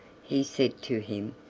he said to him,